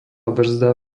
brzda